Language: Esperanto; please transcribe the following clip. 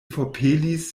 forpelis